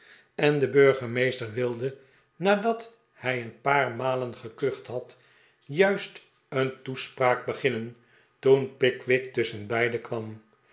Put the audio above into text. en de burgemeester wilde nadat hij een ippickwick verdedigt zich paar malen gekucht had juist een toespraak beginnen toen pickwick tusschenbeide kwam